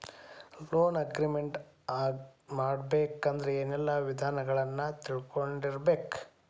Loan agreement ಮಾಡ್ಬೆಕಾದ್ರ ಏನೆಲ್ಲಾ ವಿಷಯಗಳನ್ನ ತಿಳ್ಕೊಂಡಿರ್ಬೆಕು?